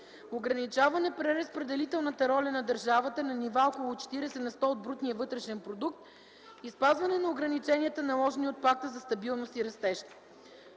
ограничаване преразпределителната роля на държавата на нива около 40 на сто от брутния вътрешен продукт и спазване на ограниченията, наложени от Пакта за стабилност и растеж.